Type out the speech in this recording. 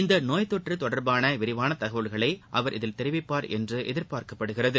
இந்த நோய்த் தொற்று தொடர்பான விரிவான தகவல்களை அவர் இதில் தெரிவிப்பார் என்று எதிர்பார்க்கப்படுகிறது